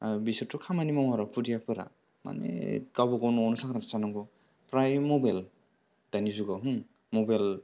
बिसोरथ' खामानि मावार' खुदियाफोरा माने गावबा गाव न'आवनो सांग्रांथि थानांगौ प्राय मबाइल दानि जुगाव मबाइल